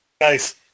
Nice